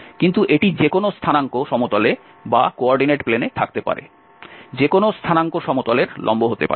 কিন্তু এটি যে কোনও স্থানাঙ্ক সমতলে থাকতে পারে যে কোনও স্থানাঙ্ক সমতলের লম্ব হতে পারে